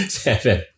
seven